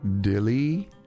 Dilly